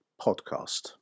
Podcast